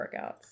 workouts